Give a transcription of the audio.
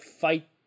fight